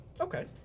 Okay